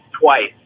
twice